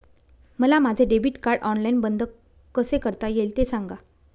मला माझे debit card online बंद कसे करता येईल, ते सांगा